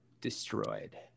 destroyed